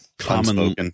Common